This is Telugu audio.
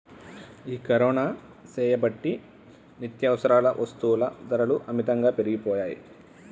ఈ కరోనా సేయబట్టి నిత్యావసర వస్తుల ధరలు అమితంగా పెరిగిపోయాయి